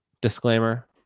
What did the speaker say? disclaimer